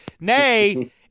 Nay